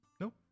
Nope